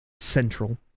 central